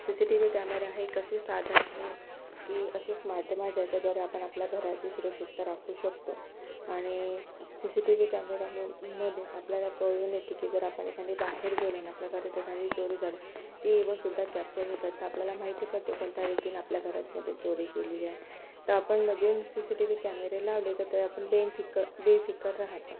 C C T V camera हे एक असे साधन आहे की एक असे माध्यम आहे ज्याच्याद्वारे आपण आपल्या घराची सुरक्षितता राखू शकतो आणि सी सी टी व्ही कॅमेराम मधे आपल्याला कळून येते की जर आपण एखादी बाहेर गेलो अन् आपल्या घरात एखादी चोरी झाली तर ती इव्हनसुद्धा कॅप्चर होतात तर आपल्याला माहिती पडते कोणत्या व्यक्तीने आपल्या घरातमधे चोरी केलेली आहे तर आपण म्हणजे सी सी टी व्ही कॅमेरे लावले तर ते आपण बेनफिकर बेफिकर राहतो